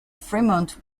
fremont